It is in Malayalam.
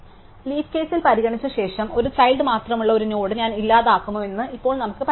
ലീഫ് കേസ് പരിഗണിച്ച ശേഷം ഒരു ചൈൽഡ് മാത്രമുള്ള ഒരു നോഡ് ഞാൻ ഇല്ലാതാക്കുമോ എന്ന് ഇപ്പോൾ നമുക്ക് പരിഗണിക്കാം